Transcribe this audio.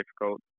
difficult